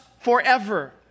forever